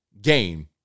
game